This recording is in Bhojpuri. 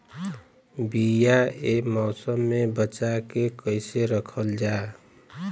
बीया ए मौसम में बचा के कइसे रखल जा?